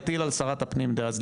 הטיל על שרת הפנים דאז,